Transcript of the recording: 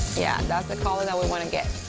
yeah. that's the color that we want to get.